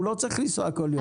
הוא לא צריך לנסוע כל יום.